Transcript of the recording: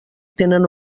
tenen